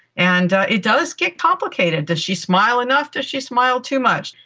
and it does get complicated. does she smile enough, does she smile too much?